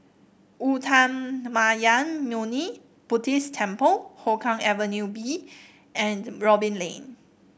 Uttamayanmuni Buddhist Temple Hougang Avenue B and Robin Lane